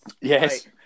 Yes